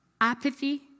apathy